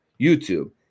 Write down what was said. YouTube